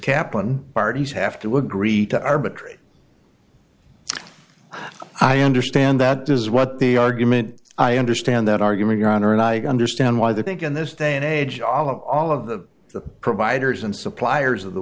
kaplan parties have to agree to arbitrate i understand that is what the argument i understand that argument your honor and i understand why they think in this day and age all of all of the providers and suppliers of the